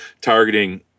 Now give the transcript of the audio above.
targeting